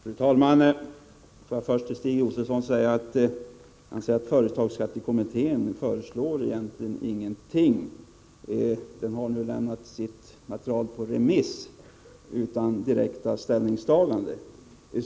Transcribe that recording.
Fru talman! Låt mig börja med att bemöta Stig Josefson, som säger att företagsskattekommittén egentligen inte föreslår någonting, att den nu har lämnat sitt material på remiss utan direkta ställningstaganden.